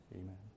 amen